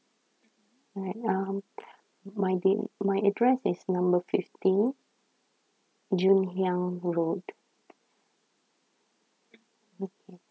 right um my bi~ my address is number fifteen ju liang road okay